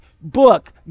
book